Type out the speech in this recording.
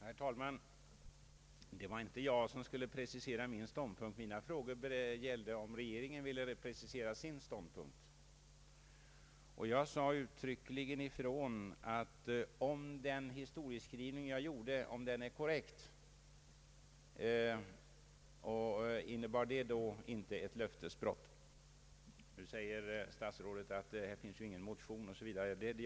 Herr talman! Det var inte jag som skulle precisera min ståndpunkt. Min fråga gällde om regeringen ville precisera sin ståndpunkt. Jag frågade uttryckligen: Om den historieskrivning jag har gjort är korrekt, är det då här inte fråga om ett löftesbrott? Nu säger statsrådet att det inte finns någon motion eller reservation i detta ärende.